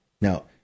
Now